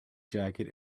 jacket